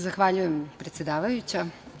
Zahvaljujem, predsedavajuća.